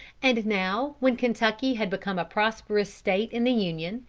and now when kentucky had become a prosperous state in the union,